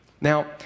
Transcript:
Now